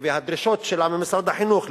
והדרישות שלה ממשרד החינוך.